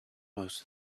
most